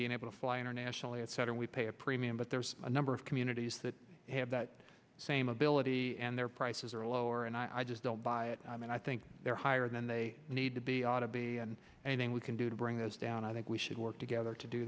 being able to fly internationally etc we pay a premium but there's a number of communities that have that same ability and their prices are lower and i just don't buy it and i think they're higher than they need to be ought to be and anything we can do to bring those down i think we should work together to do